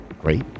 Great